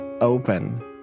open